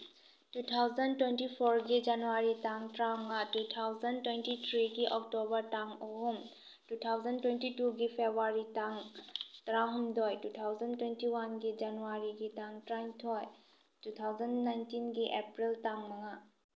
two thousand twenty ꯐꯣꯔꯒꯤ January ꯇꯥꯡ ꯇꯔꯥꯃꯉꯥ ꯇꯨ ꯊꯥꯎꯖꯟ ꯇ꯭ꯋꯦꯟꯇꯤ ꯊ꯭ꯔꯤꯒꯤ ꯑꯣꯛꯇꯣꯕꯔ ꯇꯥꯡ ꯑꯍꯨꯝ ꯇꯨ ꯊꯥꯎꯖꯟ ꯇ꯭ꯋꯦꯟꯇꯤ ꯇꯨꯒꯤ ꯐꯦꯕ꯭ꯋꯥꯔꯤ ꯇꯥꯡ ꯇꯔꯥꯍꯨꯝꯗꯣꯏ ꯇꯨ ꯊꯥꯎꯖꯟ ꯇ꯭ꯋꯦꯟꯇꯤ ꯋꯥꯟꯒꯤ ꯖꯅꯋꯥꯔꯤꯒꯤ ꯇꯥꯡ ꯇꯔꯥꯅꯤꯊꯣꯏ ꯇꯨ ꯊꯥꯎꯖꯟ ꯅꯥꯏꯟꯇꯤꯟꯒꯤ ꯑꯦꯄ꯭ꯔꯤꯜ ꯇꯥꯡ ꯃꯉꯥ